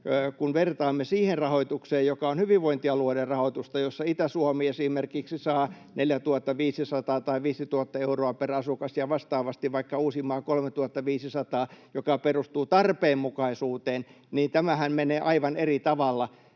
kun vertaamme siihen rahoitukseen, joka on hyvinvointialueiden rahoitusta, jossa Itä-Suomi esimerkiksi saa 4 500 tai 5 000 euroa per asukas ja vastaavasti vaikka Uusimaa 3 500 ja joka perustuu tarpeenmukaisuuteen, niin tämähän menee aivan eri tavalla.